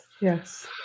Yes